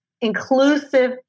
inclusive